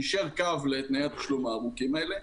יישר קו לתנאי התשלום הארוכים האלה.